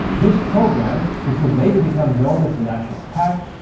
this program, which would later become known as the national pact,